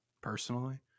personally